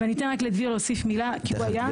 ואני אתן רק לדביר להוסיף מילה, כי הוא היה.